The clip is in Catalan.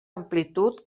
amplitud